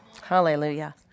Hallelujah